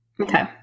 Okay